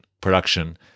production